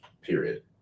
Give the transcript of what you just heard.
period